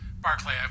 Barclay